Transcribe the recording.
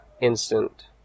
instant